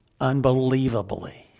unbelievably